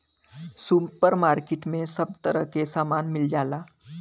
super market में सब तरह के सामान मिल जाला